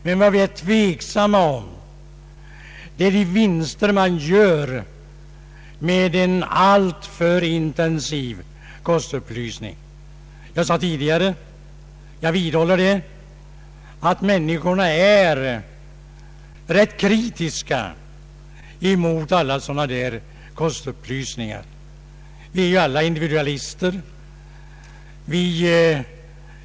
Men vad vi är tveksamma om är vilka vinster man gör med en alltför intensiv kostupplysning. Jag sade tidigare, och jag vidhåller, att människorna är rätt kritiska mot alla sådana kostupplysningar. Vi är alla individualister.